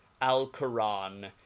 Al-Quran